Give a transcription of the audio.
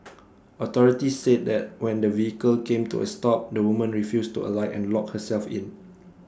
authorities said that when the vehicle came to A stop the woman refused to alight and locked herself in